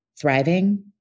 thriving